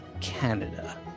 Canada